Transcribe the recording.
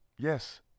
Yes